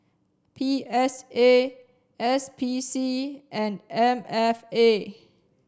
P S A S P C and M F A